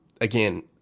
again